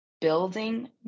building